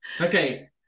Okay